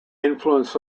influence